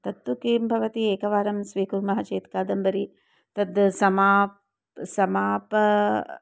तत्तु किं भवति एकवारं स्वीकुर्मः चेत् कादम्बरी तद् समाप्य समाप